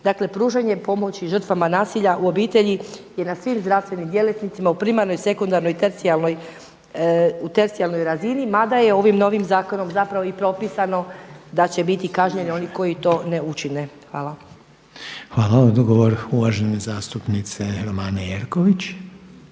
Dakle, pružanje pomoći žrtvama nasilja u obitelji je na svim zdravstvenim djelatnicima u primarnoj i sekundarnoj i tercijarnoj razini mada je ovim novim zakonom zapravo i propisano da će biti kažnjeni oni koji to ne učine. Hvala. **Reiner, Željko (HDZ)** Hvala. Odgovor uvažene zastupnice Romane Jerković.